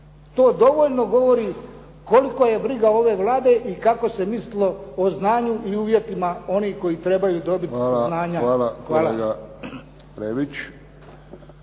To dovoljno govori kolika je briga ove Vlade i kako se mislio o znanju i uvjetima onih koji trebaju dobiti znanja. **Friščić, Josip